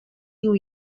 new